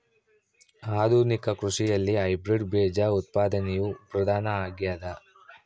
ಆಧುನಿಕ ಕೃಷಿಯಲ್ಲಿ ಹೈಬ್ರಿಡ್ ಬೇಜ ಉತ್ಪಾದನೆಯು ಪ್ರಧಾನ ಆಗ್ಯದ